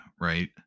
right